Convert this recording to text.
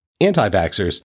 anti-vaxxers